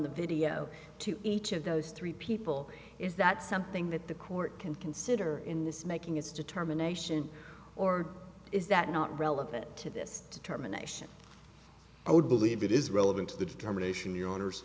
the video to each of those three people is that something that the court can consider in this making its determination or is that not relevant to this determination i would believe it is relevant to the determination the owners